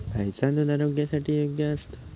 गायीचा दुध आरोग्यासाठी योग्य असता